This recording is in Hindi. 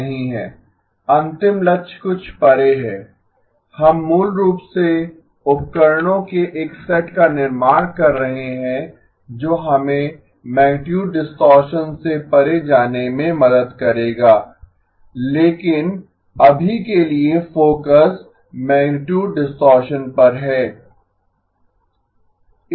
अंतिम लक्ष्य कुछ परे है हम मूल रूप से उपकरणों के एक सेट का निर्माण कर रहे हैं जो हमें मैगनीटुड डिस्टॉरशन से परे जाने में मदद करेगा लेकिन अभी के लिए फोकस मैगनीटुड डिस्टॉरशन पर है